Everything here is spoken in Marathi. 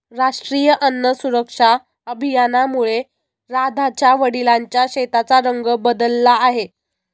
राष्ट्रीय अन्न सुरक्षा अभियानामुळे राधाच्या वडिलांच्या शेताचा रंग बदलला आहे